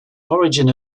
origin